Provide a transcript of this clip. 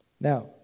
now